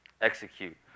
execute